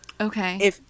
Okay